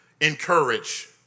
encourage